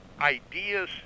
ideas